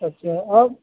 اچھا اب